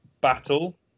battle